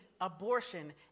abortion